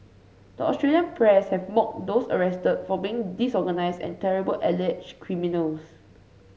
the Australian press have mocked those arrested for being disorganised and terrible alleged criminals